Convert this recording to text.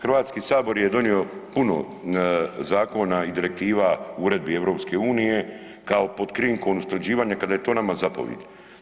Hrvatski sabor je donio puno zakona i direktiva, uredbi EU kao pod krinkom usklađivanje kao da je to nama zapovijed.